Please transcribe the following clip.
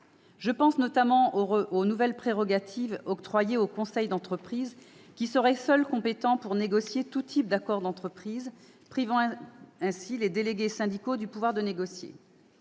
Je pense notamment aux nouvelles prérogatives octroyées au « conseil d'entreprise », qui serait seul compétent pour négocier tout type d'accord d'entreprise, privant ainsi les délégués syndicaux du pouvoir de négocier.